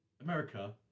America